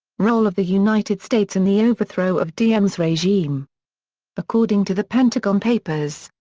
role of the united states in the overthrow of diem's regime according to the pentagon papers,